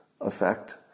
effect